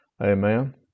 Amen